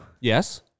Yes